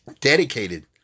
dedicated